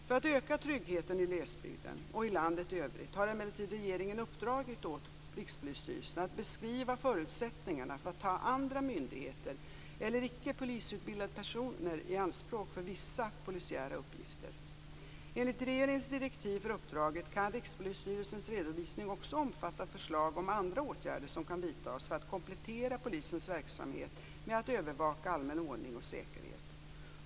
För att öka tryggheten i glesbygden och i landet i övrigt har emellertid regeringen uppdragit åt Rikspolisstyrelsen att beskriva förutsättningarna för att ta andra myndigheter eller icke polisutbildade personer i anspråk för vissa polisiära uppgifter. Enligt regeringens direktiv för uppdraget kan Rikspolisstyrelsens redovisning också omfatta förslag om andra åtgärder som kan vidtas för att komplettera polisens verksamhet med att övervaka allmän ordning och säkerhet.